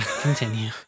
continue